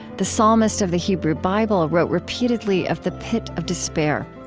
the psalmist of the hebrew bible wrote repeatedly of the pit of despair.